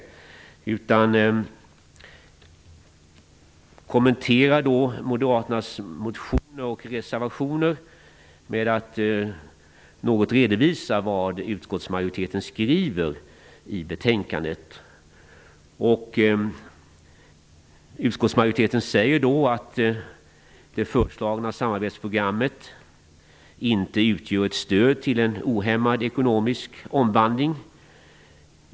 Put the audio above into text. Jag vill kommentera moderaternas motioner och reservationer genom att något redovisa vad utskottsmajoriteten skriver i betänkandet. Utskottsmajoriteten säger att det föreslagna samarbetsprogrammet inte utgör ett stöd till en ohämmad ekonomisk omvandling.